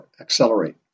accelerate